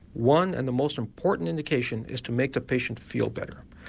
one and the most important indication is to make the patient feel better.